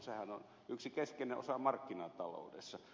sehän on yksi keskeinen osa markkinataloudessa